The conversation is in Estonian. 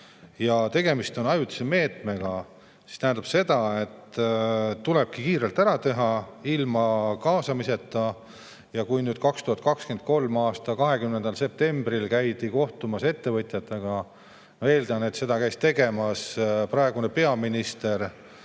ja tegemist on ajutise meetmega, siis tähendab see seda, et tulebki kiirelt ära teha ilma kaasamiseta. 2023. aasta 20. septembril käidi kohtumas ettevõtjatega. Ma eeldan, et seda tegi praegune peaminister,